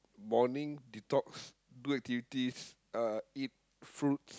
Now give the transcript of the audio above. morning detox do activities uh eat fruits